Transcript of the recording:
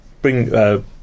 bring